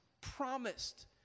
promised